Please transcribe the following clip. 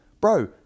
bro